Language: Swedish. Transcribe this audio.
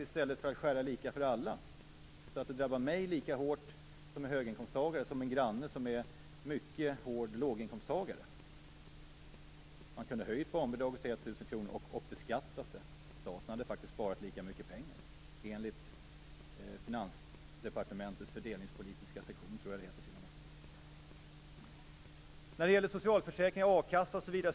I stället för att skära lika för alla -, så att det drabbar mig som är höginkomsttagare lika hårt som min granne som har en verkligt låg inkomst - skulle man ha kunnat höja barnbidraget till 1 000 kr och beskattat det. Staten hade ändå sparat lika mycket pengar, enligt Finansdepartementets fördelningspolitiska sektion, som jag tror att det t.o.m. heter.